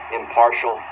impartial